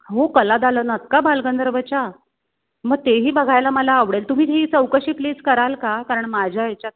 हो कला दालनात का बालगंधर्वच्या मग तेही बघायला मला आवडेल तुम्ही ही चौकशी प्लीस कराल का कारण माझ्या ह्याच्यात